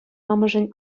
амӑшӗн